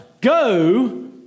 go